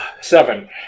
Seven